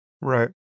Right